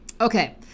Okay